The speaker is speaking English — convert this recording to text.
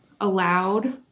allowed